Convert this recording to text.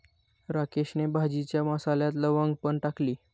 राकेशने भाजीच्या मसाल्यात लवंग पण टाकली